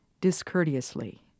discourteously